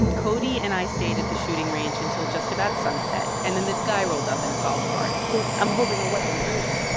cody and i stayed at the shooting range until just about sunset. and then this guy rolled up in a golf cart so i'm holding a weapon. who is this? um